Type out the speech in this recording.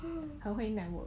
很会 network